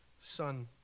Son